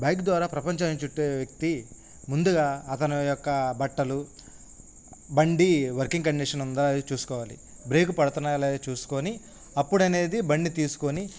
bike ద్వారా ప్రపంచాన్ని చుట్టే వ్యక్తి ముందుగా అతను యొక్క బట్టలు బండి వర్కింగ్ కండిషన్ ఉందా చూసుకోవాలి బ్రేక్ పడుతున్నాయా లేదో చూసుకుని అప్పుడనేది బండి తీసుకుని